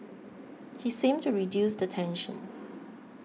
he seemed to reduce the tension